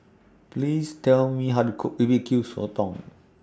Please Tell Me How to Cook B B Q Sotong